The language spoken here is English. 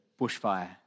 bushfire